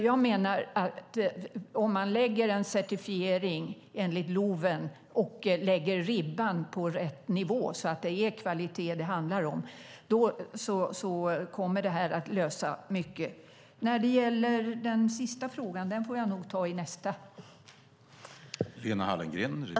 Jag menar att om man lägger en certifiering enligt LOV och lägger ribban på rätt nivå, så att det är kvalitet det handlar om, kommer det att lösa mycket. Den sista frågan får jag ta i nästa replik.